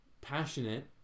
passionate